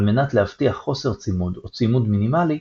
על מנת להבטיח חוסר צימוד או צימוד מינימלי,